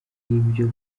ibyo